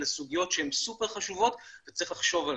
אלה סוגיות סופר חשובות וצריך לחשוב עליהן.